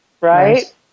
right